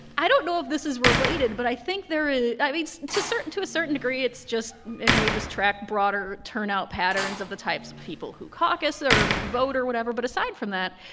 i don't know if this is related, but i think there is i mean, to certain to a certain degree, it's just it may just track broader turnout patterns of the types of people who caucus or vote or whatever, but aside from that,